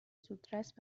زودرس